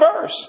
verse